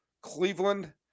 Cleveland